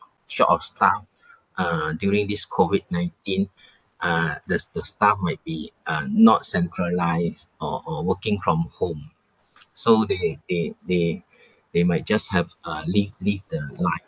short of staff uh during this COVID nineteen uh the the staff might be uh not centralised or or working from home so they they they they might just have uh leave leave the line